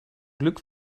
glück